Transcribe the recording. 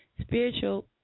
spiritual